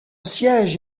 siège